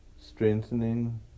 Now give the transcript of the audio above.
strengthening